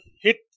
hit